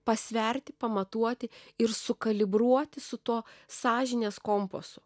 pasverti pamatuoti ir sukalibruoti su tuo sąžinės kompasu